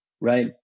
right